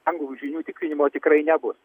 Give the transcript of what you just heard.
anglų žinių tikrinimo tikrai nebus